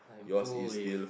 I am full with